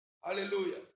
Hallelujah